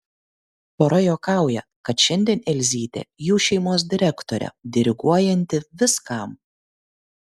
pora juokauja kad šiandien elzytė jų šeimos direktorė diriguojanti viskam